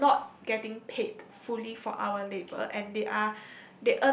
we are not getting paid fully for our labour and they are